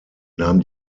nahm